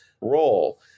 role